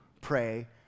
pray